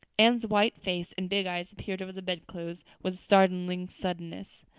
anne's white face and big eyes appeared over the bedclothes with a startling suddenness.